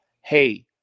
hey